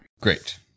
Great